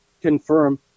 confirm